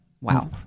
Wow